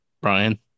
Brian